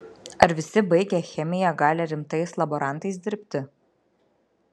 ar visi baigę chemiją gali rimtais laborantais dirbti